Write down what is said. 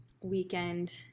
weekend